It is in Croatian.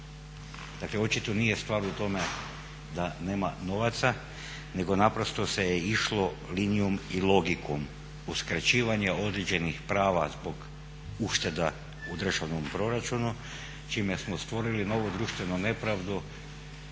Dakle, očito nije stvar u tome da nema novaca nego naprosto se išlo linijom i logikom uskraćivanja određenih prava zbog ušteda u državnom proračunu čime smo stvorili novu društvenu nepravdu